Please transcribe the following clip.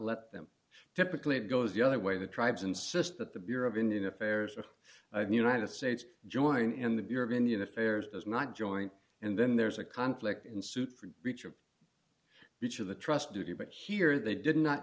let them typically it goes the other way the tribes insist that the bureau of indian affairs of the united states join in the bureau of indian affairs as not joint and then there's a conflict in suit for breach of bits of the trust duty but here they did not